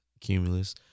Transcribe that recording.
Cumulus